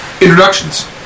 introductions